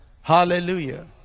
Hallelujah